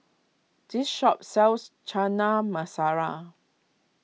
this shop sells Chana Masala